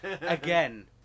again